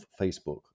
Facebook